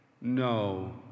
No